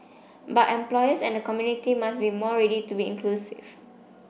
but employers and the community must be more ready to be inclusive